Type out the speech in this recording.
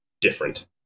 different